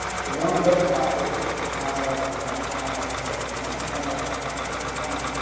the one red dot there is the ground-level event, ground level seventy one, ground-level event seventy one.